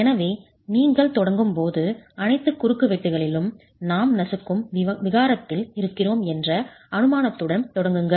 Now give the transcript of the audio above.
எனவே நீங்கள் தொடங்கும் போது அனைத்து குறுக்குவெட்டுகளிலும் நாம் நசுக்கும் விகாரத்தில் இருக்கிறோம் என்ற அனுமானத்துடன் தொடங்குங்கள்